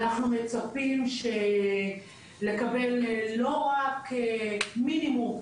אנחנו מצפים לקבל לא רק מינימום,